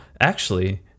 actually-